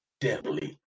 deadly